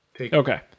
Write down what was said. Okay